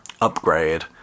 upgrade